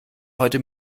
heute